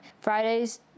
Fridays